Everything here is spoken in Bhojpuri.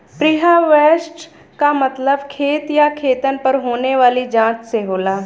प्रीहार्वेस्ट क मतलब खेत या खेतन पर होने वाली जांच से होला